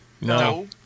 No